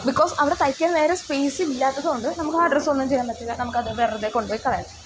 because അവിടെ തയ്ക്കാൻ വേറെ സ്പേസ് ഇല്ലാത്തതു കൊണ്ട് നമുക്കാ ഡ്രസ്സൊന്നും ചെയാൻ പറ്റില്ല നമുക്കത് വെറുതെ കൊണ്ടു പോയി കളയണം